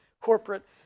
corporate